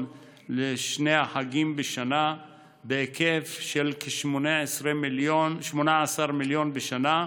שני חגים בשנה בהיקף של כ-18 מיליון שקלים בשנה,